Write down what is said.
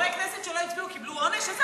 חברי כנסת שלא הצביעו קיבלו עונש?